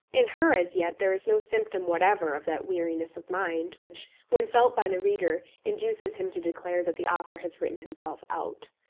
in her, as yet, there is no symptom whatever of that weariness of mind which, when felt by the reader, induces him to declare that the author has written himself out.